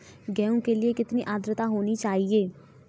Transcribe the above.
गेहूँ के लिए कितनी आद्रता होनी चाहिए?